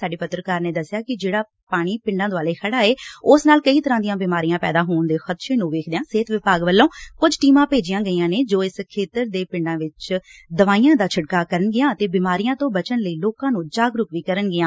ਸਾਡੇ ਪੱਤਰਕਾਰ ਨੇ ਦਸਿਆ ਕਿ ਜਿਹੜਾ ਪਾਣੀ ਪਿੰਡਾਂ ਦੁਆਲੇ ਖੜਾ ਏ ਉਸ ਨਾਲ ਕਈ ਤਰਾਂ ਦੀਆਂ ਬਿਮਾਰੀਆਂ ਪੈਦਾ ਹੋਣ ਦੇ ਖਦਸ਼ੇ ਨੂੰ ਵੇਖਦਿਆਂ ਸਿਹਤ ਵਿਭਾਗ ਵਲੋਂ ਕੁਝ ਟੀਮਾ ਭੇਜੀਆ ਗਈਆ ਨੇ ਜੋ ਇਸ ਖੇਤਰ ਦੇ ਪਿੰਡਾ ਚ ਦਵਾਈਆ ਦਾ ਛਿੜਕਾ ਕਰਨਗੀਆ ਅਤੇ ਬਿਮਾਰੀਆ ਤੋ ਬਚਣ ਲਈ ਲੋਕਾਂ ਨੂੰ ਜਾਗਰੁਕ ਵੀ ਕਰਨਗੀਆਂ